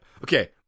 okay